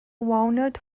walnut